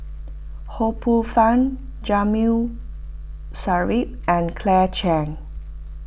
Ho Poh Fun Sarip and Claire Chiang